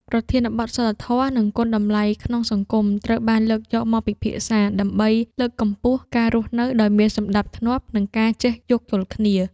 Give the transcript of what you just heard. ប្រធានបទ សីលធម៌ និងគុណតម្លៃក្នុងសង្គម ត្រូវបានលើកយកមកពិភាក្សា ដើម្បីលើកកម្ពស់ការរស់នៅដោយមានសណ្ដាប់ធ្នាប់ និងការចេះយោគយល់គ្នា។